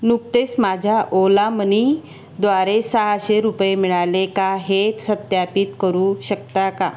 नुकतेच माझ्या ओला मनीद्वारे सहाशे रुपये मिळाले का हे सत्यापित करू शकता का